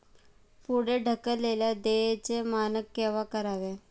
पुढे ढकललेल्या देयचे मानक केव्हा करावे?